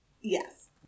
Yes